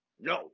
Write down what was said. No